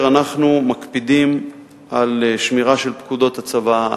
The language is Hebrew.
אנחנו מקפידים על שמירה של פקודות הצבא,